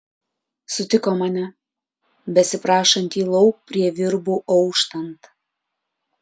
sutiko mane besiprašantį lauk prie virbų auštant